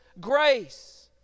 grace